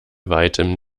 weitem